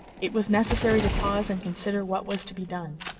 it was necessary to pause and consider what was to be done.